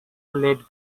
lead